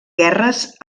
guerres